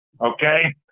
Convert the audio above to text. Okay